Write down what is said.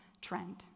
trend